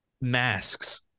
masks